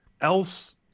else